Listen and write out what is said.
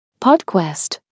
PodQuest